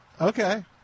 okay